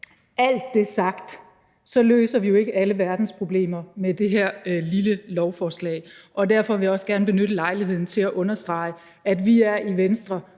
alt det sagt, så løser vi jo ikke alle verdens problemer med det her lille lovforslag, og derfor vil jeg også gerne benytte lejligheden til at understrege, at vi i Venstre